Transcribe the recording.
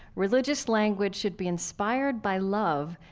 religious language should be inspired by love,